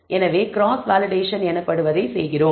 எனவே cross validation எனபடுவதை செய்கிறோம்